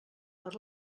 per